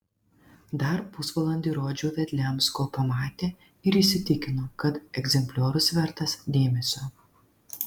dar pusvalandį rodžiau vedliams kol pamatė ir įsitikino kad egzempliorius vertas dėmesio